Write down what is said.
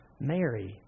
Mary